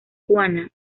juana